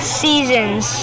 seasons